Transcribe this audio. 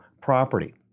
property